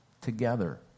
Together